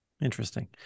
Interesting